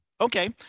Okay